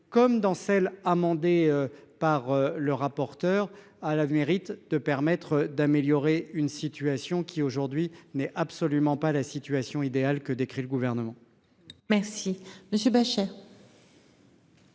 comme dans celles amendé par le rapporteur à la mérite de permettre d'améliorer une situation qui aujourd'hui mais absolument pas la situation idéale que décrit le gouvernement. Merci monsieur Bachelet.